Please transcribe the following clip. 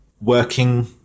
working